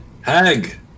Hag